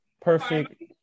perfect